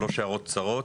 שלוש הערות קצרות: